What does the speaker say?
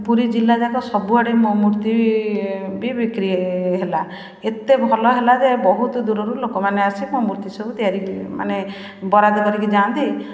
ପୁରୀ ଜିଲ୍ଲା ଯାକ ସବୁଆଡ଼େ ମୋ ମୂର୍ତ୍ତି ବି ବି ବିକ୍ରି ହେଲା ଏତେ ଭଲ ହେଲା ଯେ ବହୁତ ଦୂରରୁ ଲୋକମାନେ ଆସି ମୋ ମୂର୍ତ୍ତି ସବୁ ତିଆରି ମାନେ ବରାଦ କରିକି ଯାଆନ୍ତି